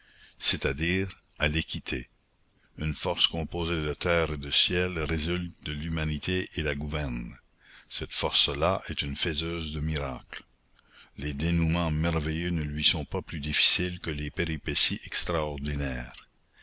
c'est-à-dire à l'équité une force composée de terre et de ciel résulte de l'humanité et la gouverne cette force-là est une faiseuse de miracles les dénoûments merveilleux ne lui sont pas plus difficiles que les péripéties extraordinaires